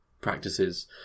practices